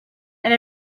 and